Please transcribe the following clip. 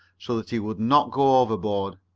so that he would not go overboard.